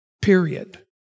period